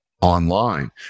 online